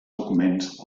documents